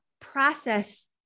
process